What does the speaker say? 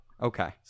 Okay